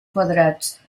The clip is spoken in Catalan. quadrats